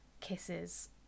kisses